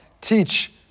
teach